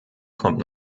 kommt